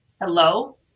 Hello